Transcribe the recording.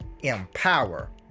empower